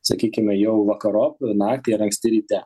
sakykime jau vakarop naktį ar anksti ryte